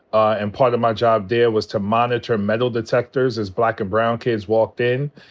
and part of my job there was to monitor metal detectors as black and brown kids walked in.